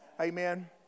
Amen